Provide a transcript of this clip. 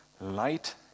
light